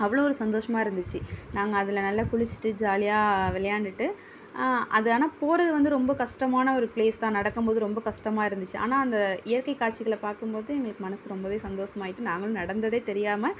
அவ்வளோ ஒரு சந்தோஷமாக இருந்துச்சு நாங்கள் அதில் நல்லா குளித்துட்டு ஜாலியாக விளையாண்டுட்டு அது ஆனால் போகிறது வந்து ரொம்ப கஷ்டமான ஒரு ப்லேஸ் தான் நடக்கும்மோது ரொம்ப கஷ்டமா இருந்துச்சு ஆனால் அந்த இயற்கை காட்சிகளை பார்க்கும்மோது எங்களுக்கு மனசு ரொம்பவே சந்தோஷமாயிட்டு நாங்களும் நடந்ததே தெரியாமல்